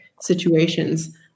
situations